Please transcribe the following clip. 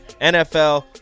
NFL